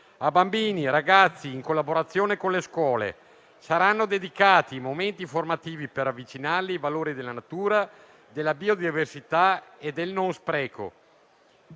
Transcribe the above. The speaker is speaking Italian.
A bambini e ragazzi, in collaborazione con le scuole, saranno dedicati momenti formativi per avvicinarli ai valori della natura, della biodiversità e del non spreco.